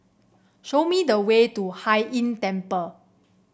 show me the way to Hai Inn Temple